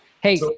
Hey